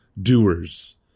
doers